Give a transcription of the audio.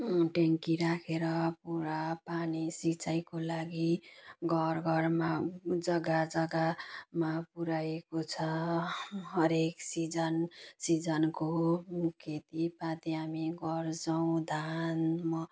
ट्याङ्की राखेर पुरा पानी सिँचाइको लागि घर घरमा जगा जगामा पुर्याएको छ हरएक सिजन सिजनको खेतीपाती हामी गर्छौँ धान